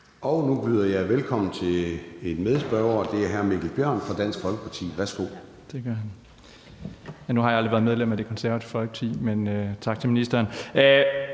Så byder jeg velkommen til en medspørger, og det er hr. Mikkel Bjørn for Dansk Folkeparti. Værsgo. Kl. 14:05 Mikkel Bjørn (DF): Nu har jeg aldrig været medlem af Det Konservative Folkeparti. Men tak til ministeren.